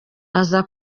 aza